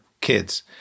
kids